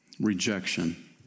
rejection